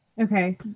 Okay